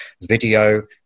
video